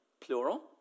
Plural